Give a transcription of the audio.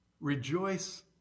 rejoice